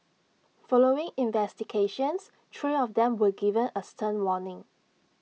following investigations three of them were given A stern warning